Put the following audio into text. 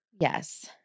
Yes